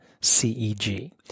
C-E-G